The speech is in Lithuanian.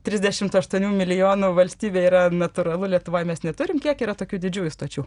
trisdešimt aštuonių milijonų valstybėj yra natūralu lietuvoj mes neturim kiek yra tokių didžiųjų stočių